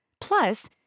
Plus